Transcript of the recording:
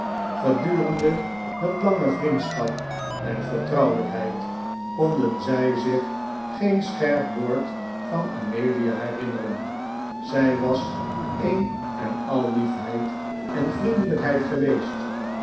gedurende hun lange vriendschap en vertrouwelijkheid konden zij zich geen scherp woord van amelia herinneren zij was een en al liefheid en vriendelijkheid geweest